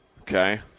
Okay